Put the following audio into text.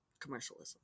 commercialism